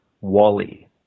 Wally